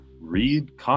read